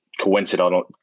coincidental